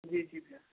जी जी भैया